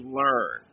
learn